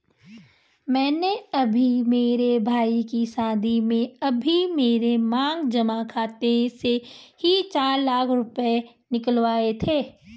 मैंने अभी मेरे भाई के शादी में अभी मेरे मांग जमा खाते से ही चार लाख रुपए निकलवाए थे